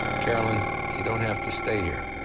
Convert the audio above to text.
caroline you don't have to stay here.